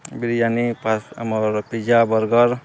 ବିରିୟାନୀ ଆମର pizza burger